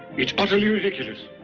it's utterly ridiculous.